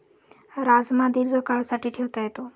राजमा दीर्घकाळासाठी ठेवता येतो